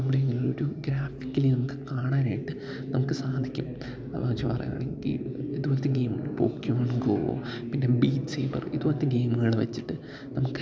അവിടെ ഒരു ഗ്രാഫിക്കലി നമുക്ക് കാണാനായിട്ട് നമുക്ക് സാധിക്കും എന്നുവച്ചു പറയുകയാണെങ്കില് ഇതുപോലത്തെ ഗെയിം പോക്കിമോൻ ഗോ പിന്നെ ബിറ്റ് സേബർ ഇതുപോലത്തെ ഗെയിമുകള് വച്ചിട്ട് നമുക്ക്